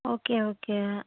okay okay